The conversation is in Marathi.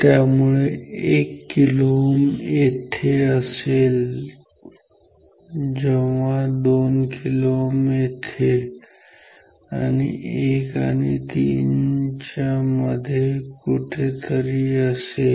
त्यामुळे 1 kΩ येथे असेल जेव्हा हा 2 kΩ येथे 1 आणि 3 च्या मध्ये कुठेतरी असेल